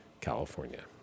California